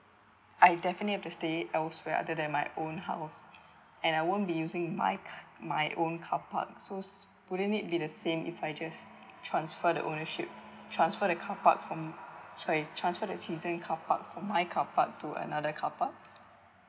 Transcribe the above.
I definitely have to stay elsewhere other than my own house and I won't be using my c~ my own carpark so wouldn't it be the same if I just transfer the ownership transfer the carpark from sorry transfer the season carpark from my carpark to another carpark